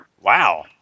Wow